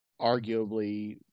arguably